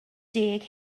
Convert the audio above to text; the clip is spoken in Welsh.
deg